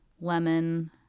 lemon